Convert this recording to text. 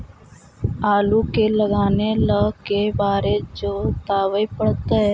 आलू के लगाने ल के बारे जोताबे पड़तै?